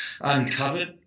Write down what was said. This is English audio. uncovered